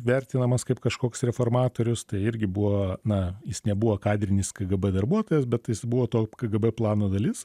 vertinamas kaip kažkoks reformatorius tai irgi buvo na jis nebuvo kadrinis kgb darbuotojas bet jis buvo to kgb plano dalis